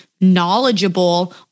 knowledgeable